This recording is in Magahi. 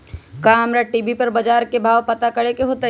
का हमरा टी.वी पर बजार के भाव पता करे के होई?